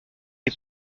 est